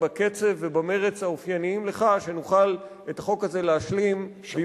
שבקצב ובמרץ האופייניים לך נוכל להשלים את